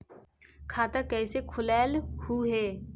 खाता कैसे खोलैलहू हे?